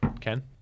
Ken